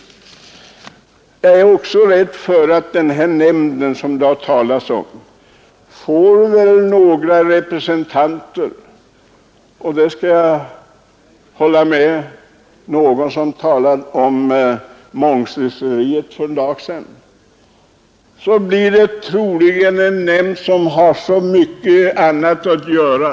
Jag är också rädd för att den nämnd som det har talats om i det här sammanhanget får till ledamöter — jag håller med dem som för någon tid sedan talade om mångsyssleriet — personer som har så mycket annat att göra.